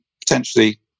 potentially